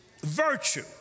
virtue